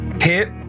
hit